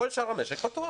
כל שאר המשק פתוח